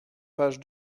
page